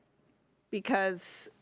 because,